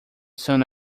son